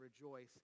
rejoice